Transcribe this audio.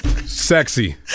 Sexy